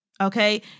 Okay